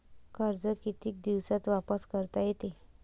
कर्ज कितीक दिवसात वापस करता येते?